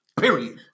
Period